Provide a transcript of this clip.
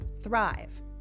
thrive